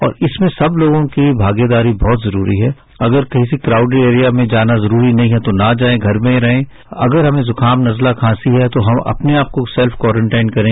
और इसमें सब लोगों की भागीदारी बहत जरूरी है अगर किसी क्राउडेड एरिया में जाना जरूरी नहीं है तो न जाए घर में ही रहे अगर हमें जुकाम नजला खांसी है तो हम अपने आपको सेल्फ क्वारंटीन करें